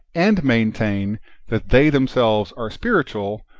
and maintain that they themselves are spiritual,